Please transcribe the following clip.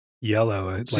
Yellow